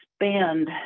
expand